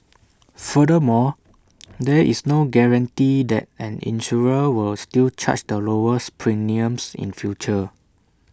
furthermore there is no guarantee that an insurer will still charge the lowest premiums in future